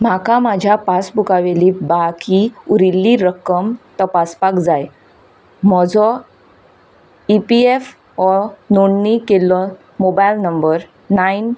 म्हाका म्हाज्या पासबुका वेली बाकी उरिल्ली रक्कम तपासपाक जाय म्हजो ईपीएफऑ नोंदणी केल्लो मोबायल नंबर णायन